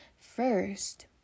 first